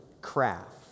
craft